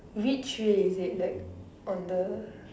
which way is it like on the